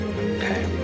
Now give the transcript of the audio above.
Okay